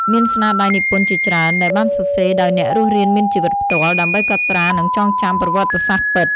មានស្នាដៃនិពន្ធជាច្រើនដែលបានសរសេរដោយអ្នករស់រានមានជីវិតផ្ទាល់ ដើម្បីកត់ត្រានិងចងចាំប្រវត្តិសាស្ត្រពិត។